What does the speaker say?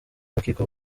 rukiko